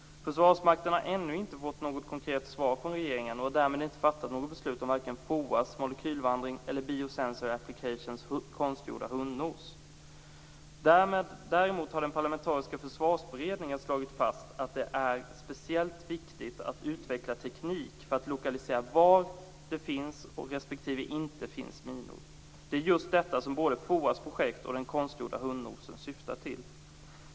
Försvarsmakten har ännu inte fått något konkret svar från regeringen och har därmed inte fattat något beslut om vare sig FOA:s molekylvandring eller Biosensor Applications konstgjorda hundnos. Däremot har den parlamentariska försvarsberedningen slagit fast att det är speciellt viktigt att utveckla teknik för att lokalisera var det finns respektive inte finns minor. Det är just detta som både FOA:s projekt och den konstgjorda hundnosen syftar till.